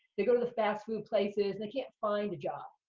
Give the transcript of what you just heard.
they go to the fast food places, and they can't find a job.